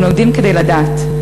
הם לומדים כדי לדעת.